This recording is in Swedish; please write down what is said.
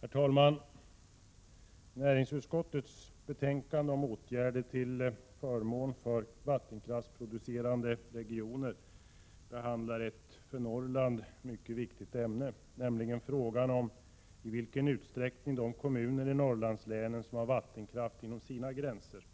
Herr talman! Näringsutskottets betänkande om åtgärder till förmån för vattenkraftsproducerande regioner behandlar en för Norrland mycket viktig fråga, nämligen frågan om i vilken utsträckning de kommuner i Norrlandslänen som har vattenkraft inom sina gränser